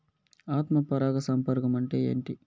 ఆత్మ పరాగ సంపర్కం అంటే ఏంటి?